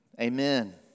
Amen